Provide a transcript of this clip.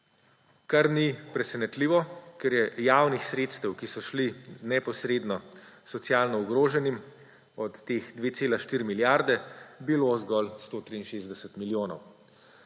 kar ni presenetljivo, ker je javnih sredstev, ki so šli neposredno socialno ogroženim od teh 2,4 milijarde bilo zgolj 163 milijonov.